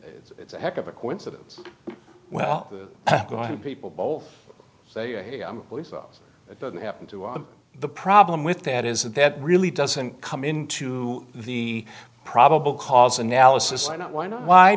it's a heck of a coincidence well people both say hey i'm a police officer it doesn't happen too often the problem with that is that that really doesn't come into the probable cause analysis not why not why